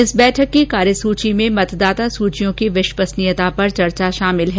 इस बैठक की कार्यसुची में मतदाता सुचियों की विश्वसनीयता पर चर्चा शामिल है